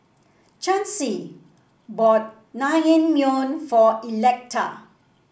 Chancy bought Naengmyeon for Electa